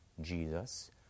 Jesus